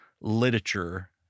literature